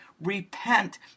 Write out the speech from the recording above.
Repent